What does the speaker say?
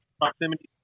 proximity